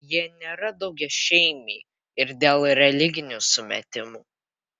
jie nėra daugiašeimiai ir dėl religinių sumetimų